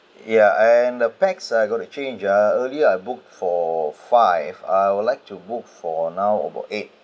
ya and the pax are going to change uh early I book for five I would like to book for now about eight